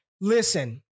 Listen